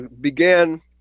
began